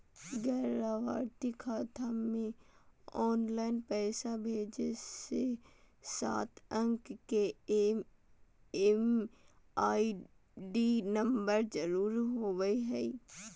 गैर लाभार्थी खाता मे ऑनलाइन पैसा भेजे ले सात अंक के एम.एम.आई.डी नम्बर जरूरी होबय हय